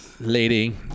lady